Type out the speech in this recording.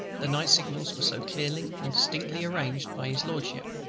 the night signals were so clearly and distinctly arranged by his lordship,